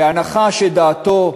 בהנחה שדעתו